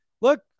look